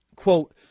Quote